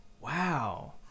Wow